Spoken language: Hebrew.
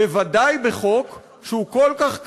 בוודאי בחוק שהוא כל כך כבד,